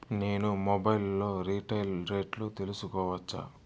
నేను మొబైల్ లో రీటైల్ రేట్లు తెలుసుకోవచ్చా?